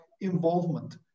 involvement